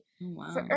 Wow